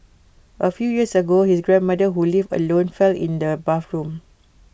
A few years ago his grandmother who lived alone fell in the bathroom